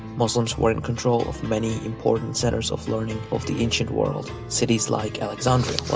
muslims were in control of many important center so of learning of the ancient world. cities like alexandria,